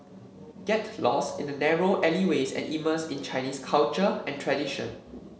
get lost in the narrow alleyways and immerse in Chinese culture and tradition